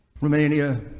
Romania